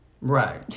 right